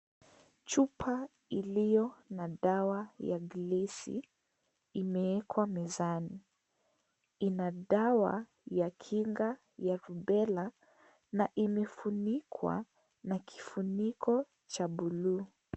Chupa iliyo na dawa ya [cs ] glesi imeekwa mezani . Ina dawa ya kinga ya rubella na imefunikwa na kifuniko cha buluu.